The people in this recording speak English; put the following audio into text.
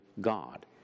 God